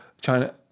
china